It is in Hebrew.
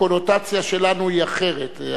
הקונוטציה שלנו היא אחרת.